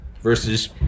versus